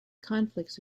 conflicts